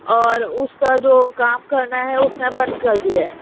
اور اس کا جو کام کرنا ہے اس نے بند کر دیا ہے